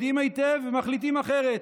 אלא יודעים היטב ומחליטים אחרת.